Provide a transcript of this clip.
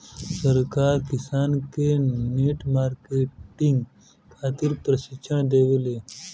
सरकार किसान के नेट मार्केटिंग खातिर प्रक्षिक्षण देबेले?